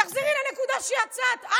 תחזרי לנקודה שיצאת ממנה,